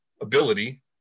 ability